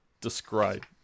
describe